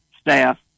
staff